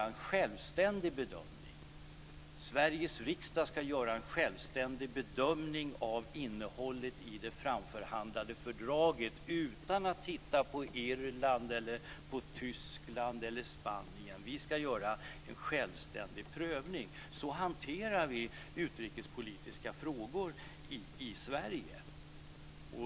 Sveriges riksdag ska göra en självständig bedömning av innehållet i det framförhandlade fördraget utan att titta på Irland, Tyskland eller Spanien. Vi ska göra en självständig prövning. Så hanterar vi utrikespolitiska frågor i Sverige.